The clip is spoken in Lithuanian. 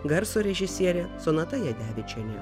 garso režisierė sonata jadevičienė